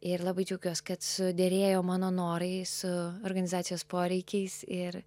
ir labai džiaugiuosi kad suderėjo mano norai su organizacijos poreikiais ir